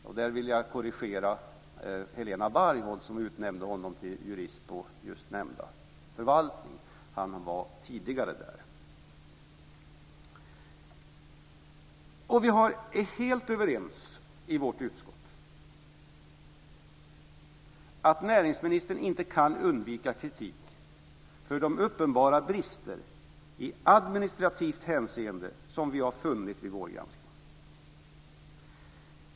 Jag vill korrigera Helena Bargholtz som utnämnde honom till jurist på just nämnda förvaltning. Han var tidigare där. Vi är helt överens i vårt utskott om att näringsministern inte kan undgå kritik för de uppenbara brister i administrativt hänseende som vi har funnit vid vår granskning.